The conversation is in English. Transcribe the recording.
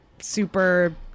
super